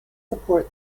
support